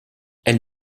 elle